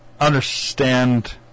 understand